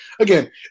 again